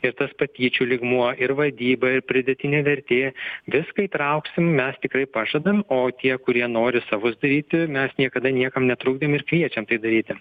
tai tas patyčių lygmuo ir vadyba ir pridėtinė vertėtai tas viską įtrauksim mes tikrai pažadam o tie kurie nori savus daryti mes niekada niekam netrukdėm ir kvirčiam tai daryti